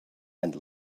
and